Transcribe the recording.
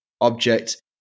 object